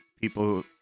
people